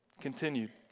continued